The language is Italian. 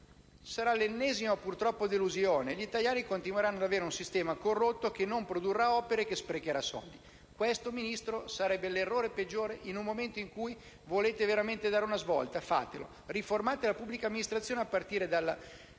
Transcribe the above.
sarà l'ennesima delusione, purtroppo, e gli italiani continueranno ad avere un sistema corrotto che non produrrà opere e che sprecherà soldi. Questo, signor Ministro, sarebbe l'errore peggiore in un momento in cui volete veramente dare una svolta. Fatelo davvero e riformate la pubblica amministrazione a partire dalla